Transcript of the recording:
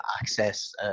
access